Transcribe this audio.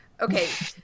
Okay